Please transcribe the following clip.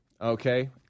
okay